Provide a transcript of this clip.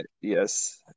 Yes